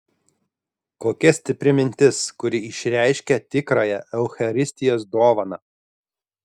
kokia stipri mintis kuri išreiškia tikrąją eucharistijos dovaną